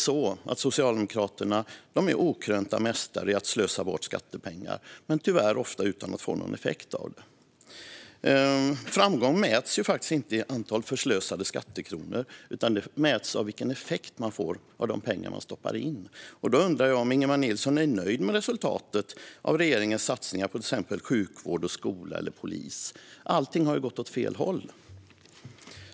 Socialdemokraterna är okrönta mästare i att slösa bort skattepengar och i att inte få någon effekt av satsningarna. Framgång mäts faktiskt inte i antalet förslösade skattekronor utan i vilken effekt man får av de pengar man stoppar in. Jag undrar om Ingemar Nilsson är nöjd med resultatet av regeringens satsningar på till exempel sjukvård, skola eller polis. Allting har ju gått åt fel håll.